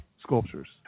sculptures